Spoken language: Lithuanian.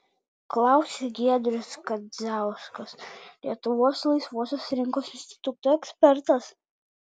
klausia giedrius kadziauskas lietuvos laisvosios rinkos instituto ekspertas